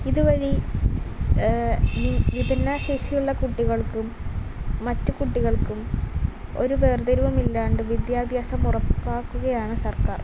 ഇതുവഴി വിഭിന്ന വിഭിന്നശേഷിയുള്ള കുട്ടികൾക്കും മറ്റു കുട്ടികൾക്കും ഒരു വേർതിരിവുമില്ലാണ്ട് വിദ്യാഭ്യാസമുറപ്പാക്കുകയാണ് സർക്കാർ